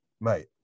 Mate